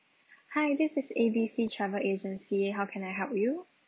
hi this is A_B_C travel agency how can I help you